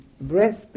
breath